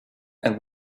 and